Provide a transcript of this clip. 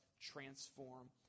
transform